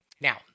Now